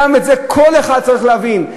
גם את זה כל אחד צריך להבין.